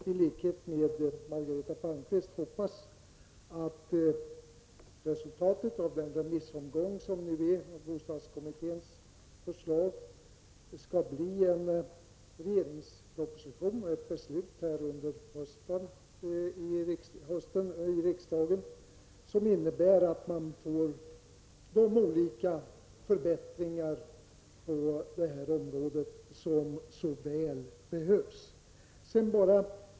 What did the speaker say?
I likhet med Margareta Palmqvist hoppas jag att resultatet av den remissomgång som nu pågår om bostadskommitténs förslag skall bli en regeringsproposition och ett beslut här i riksdagen under hösten som innebär att man får till stånd de olika förbättringar på det här området som så väl behövs.